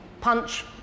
punch